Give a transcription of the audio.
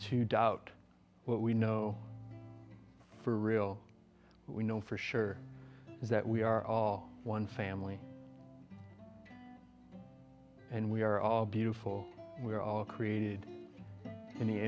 to doubt what we know for real we know for sure is that we are all one family and we are all beautiful and we are all created